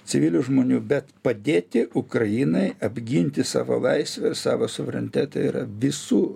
civilių žmonių bet padėti ukrainai apginti savo laisvę savo suverenitetą ir visų